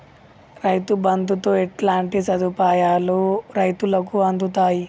రైతు బంధుతో ఎట్లాంటి సదుపాయాలు రైతులకి అందుతయి?